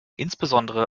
insbesondere